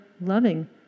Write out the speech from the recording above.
loving